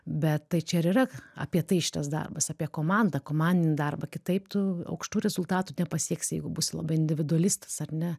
bet tai čia ir yra apie tai šitas darbas apie komandą komandinį darbą kitaip tu aukštų rezultatų nepasieksi jeigu būsi labai individualistas ar ne